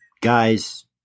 guys